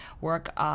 work